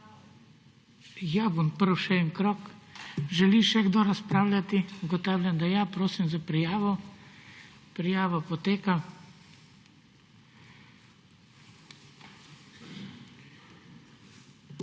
Ja, bom odprl še en krog. Želi še kdo razpravljati? (Da.) Ugotavljam, da ja. Prosim za prijavo. Prijava poteka.